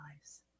lives